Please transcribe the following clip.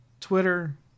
Twitter